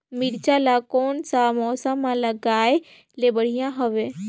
मिरचा ला कोन सा मौसम मां लगाय ले बढ़िया हवे